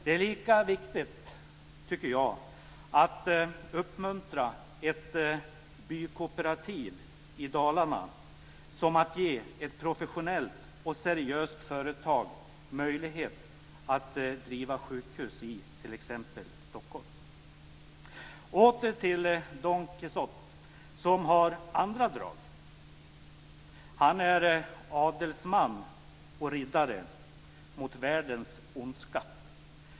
Det är lika viktigt att uppmuntra ett bykooperativ i Dalarna som att ge ett professionellt och seriöst företag möjlighet att driva sjukhus i t.ex. Stockholm. Åter till Don Quijote, som även har andra drag. Han är adelsman och riddare mot världens ondska.